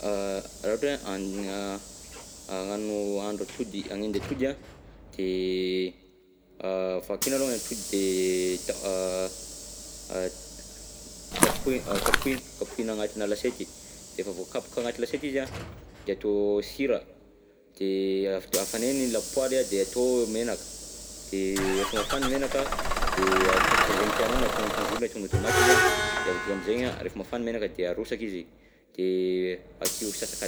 Raha ohatra hoe a ha- hahandro atody, hanendy atody, a de vakiana aloha atody de ta- tapohina kapohina kapohina agnatinà lasiety, de efa voakapoka agnaty lasety izy an de atao sira, de afta- afanaina i lapoaly an de atao menaka, de rehefa mafana menaka de atao e zegny tianao na ataonao tongolo na ataonao tômaty izy an, de avy akeo amizay refa mafana i menaka de arosaka izy, de akio sasak'adiny.